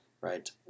right